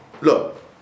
Look